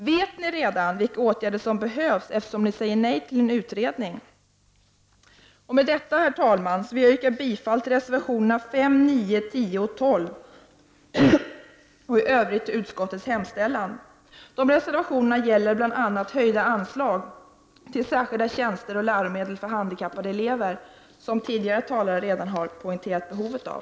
Vet ni redan vilka åtgärder som behövs, eftersom ni säger nej till en utredning? Med detta, herr talman, vill jag yrka bifall till reservationerna 5, 9, 10 och 12 och i övrigt till utskottets hemställan. De reservationerna gäller bl.a. höjda anslag till särskilda tjänster och läromedel för handikappade elever, som tidigare talare redan har poängterat behovet av.